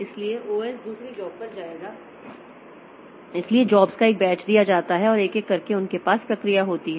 इसलिए OS दूसरी job पर जाएगा इसलिए जॉब्स का एक बैच दिया जाता है और एक एक करके उनके पास प्रक्रिया होती है